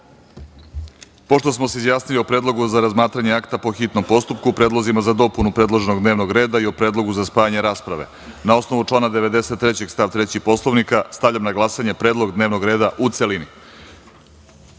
smo se izjasnili o predlogu za razmatranje akta po hitnom postupku, predlozima za dopunu predloženog dnevnog reda i o predlogu za spajanje rasprave, na osnovu člana 93. stav 3. Poslovnika, stavljam na glasanje predlog dnevnog reda u celini. Molim